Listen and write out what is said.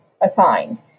assigned